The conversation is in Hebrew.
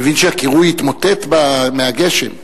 אני מבין שהקירוי התמוטט מהגשם.